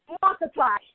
multiply